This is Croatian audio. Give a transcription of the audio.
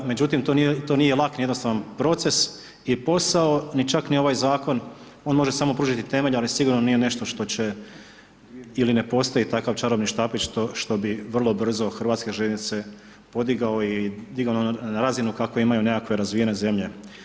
Međutim, to nije lak, ni jednostavan proces i posao, ni čak ni ovaj Zakon, on može samo pružiti temelj, ali sigurno nije nešto što će ili ne postoji takav čarobni štapić što bi vrlo brzo HŽ podigao i digao na razinu kakve imaju nekakve razvijene zemlje.